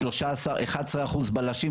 11% בלשים,